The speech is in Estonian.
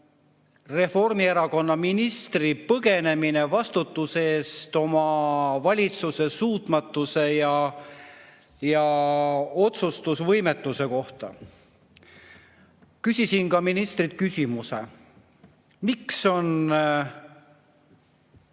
Reformierakonna ministri põgenemine vastutuse eest oma valitsuse suutmatuse ja otsustusvõimetusega seoses. Küsisin ministrilt küsimuse: miks on